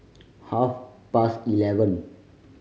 half past eleven